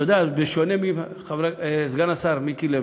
אתה יודע, סגן השר מיקי לוי,